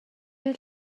бай